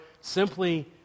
simply